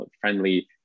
friendly